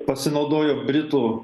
pasinaudojo britų